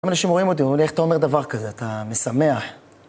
היום אנשים רואים אותי ואומרים לי, איך אתה אומר דבר כזה? אתה משמח